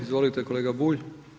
Izvolite kolega Bulj.